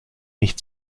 nicht